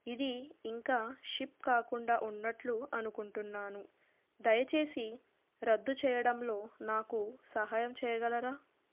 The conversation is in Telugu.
ఇది ఇంకా షిప్ కాకుండా ఉన్నట్లు అనుకుంటున్నాను దయచేసి రద్దు చేయడంలో నాకు సహాయం చేయగలరా